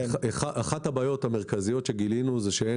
אחת הבעיות המרכזיות שגילינו היא שאין